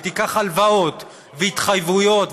ותיקח הלוואות והתחייבויות,